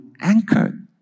anchored